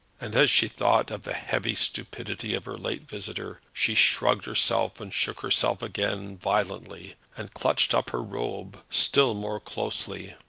and as she thought of the heavy stupidity of her late visitor she shrugged herself and shook herself again violently, and clutched up her robe still more closely.